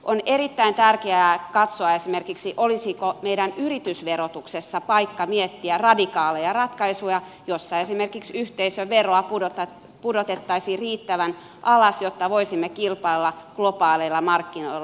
on erittäin tärkeää katsoa esimerkiksi sitä olisiko meidän yritysverotuksessa paikka miettiä radikaaleja ratkaisuja joissa esimerkiksi yhteisöveroa pudotettaisiin riittävän alas jotta voisimme kilpailla globaaleilla markkinoilla